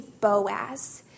Boaz